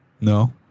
No